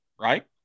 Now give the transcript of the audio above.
right